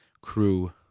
crew